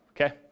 okay